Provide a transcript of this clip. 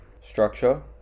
structure